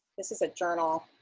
this is a journal,